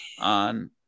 on